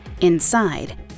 Inside